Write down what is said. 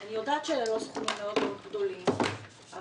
אני יודעת שאלה לא סכומים גדולים מאוד אבל